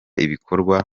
ibikorwa